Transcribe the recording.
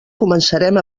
començarem